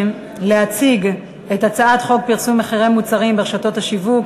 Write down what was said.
להציג את הצעת חוק פרסום מחירי מוצרים ברשתות שיווק,